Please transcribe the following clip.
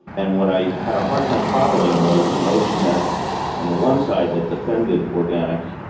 and what i had a hard time following was the notion that on the one side that defended organic